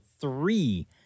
three